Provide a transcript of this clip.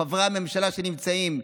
חברי הממשלה שנמצאים,